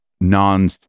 non